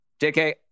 JK